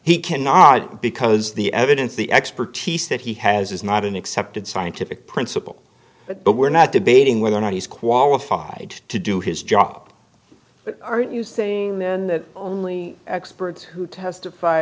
he cannot because the evidence the expertise that he has is not an accepted scientific principle but we're not debating whether or not he's qualified to do his job but are you saying then that only experts who testify